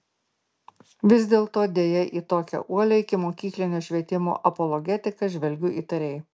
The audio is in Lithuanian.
vis dėlto deja į tokią uolią ikimokyklinio švietimo apologetiką žvelgiu įtariai